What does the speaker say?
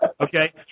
Okay